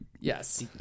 Yes